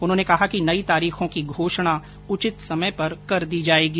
उन्होंने कहा कि नई तारीखों की घोषणा उचित समय पर कर दी जाएगी